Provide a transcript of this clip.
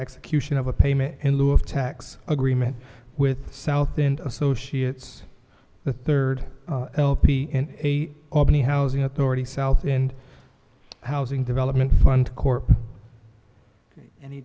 execution of a payment in lieu of tax agreement with south and associates the third lp in a albany housing authority south and housing development fund corp any